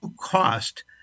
cost